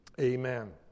Amen